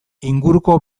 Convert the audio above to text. inguruko